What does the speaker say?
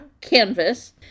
canvas